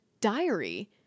diary